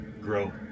grow